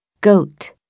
Goat